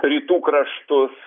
rytų kraštus